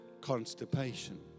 constipation